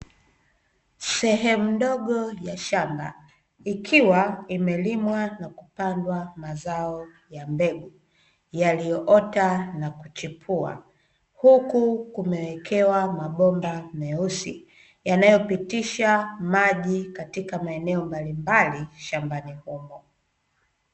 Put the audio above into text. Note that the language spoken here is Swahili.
Sehemu ndogo ya shamba ikiwa imelimwa na kupandwa mazao ya mbegu yaliyoota na kuchipua, huku kumewekewa mabomba meusi yanayopitisha maji katika maeneo mbalimbali shambani humo.